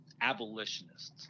abolitionists